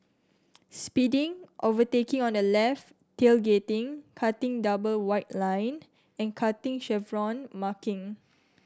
speeding overtaking on the left tailgating cutting double white line and cutting chevron marking